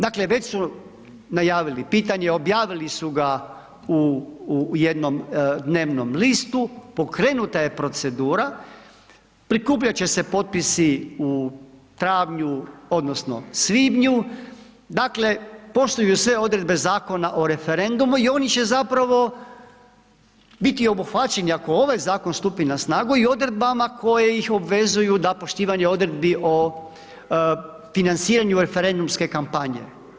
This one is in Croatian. Dakle već su najavili pitanje, objavili su ga u jednom dnevnom listu, pokrenuta je procedura, prikupljat će se potpisi u travnju, odnosno svibnju, dakle, poštuju sve odredbe Zakona o referendumu i oni će zapravo biti obuhvaćeni ako ovaj zakon stupi na snagu i odredbama koje ih obvezuju da poštivanje odredbi o financiranju referendumske kampanje.